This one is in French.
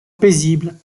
paisible